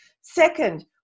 Second